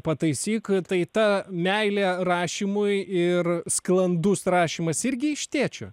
pataisyk tai ta meilė rašymui ir sklandus rašymas irgi iš tėčio